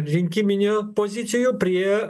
rinkiminių pozicijų prie